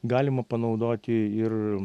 galima panaudoti ir